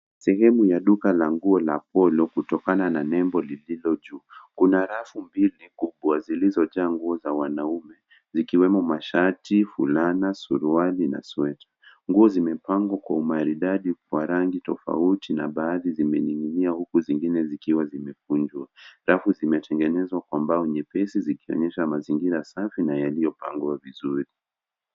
Sehemu ya duka la Polo ktukona na nembo lililo juu. Kuna rafu mbili kubwa zilizojaa nguo za wanaume zikiwemo mashati, fulana, suruali na sweta. Nguo zimepangwa kwa umaridadi kwa rangi tofauti na baadhi zimening'inia huku zingine zikiwa zimekunjwa. Rafu zimetengenezwa kwa mbao nyepesi zikionyesha mazingira safi na yaliyopangwa vizuri.